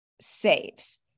saves